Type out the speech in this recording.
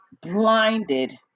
blinded